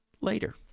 later